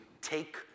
take